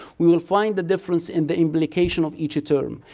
we will find the difference in the implication of each term.